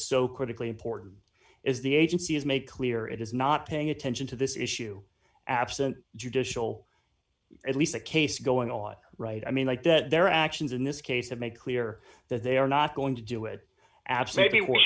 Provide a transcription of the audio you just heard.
so critically important is the agency has made clear it is not paying attention to this issue absent judicial at least a case going on right i mean like that their actions in this case have made clear that they are not going to do it